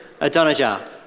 Adonijah